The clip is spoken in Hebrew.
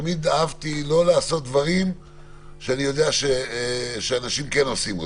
תמיד אהבתי לא לאסור דברים שאנשים כן עושים אותם.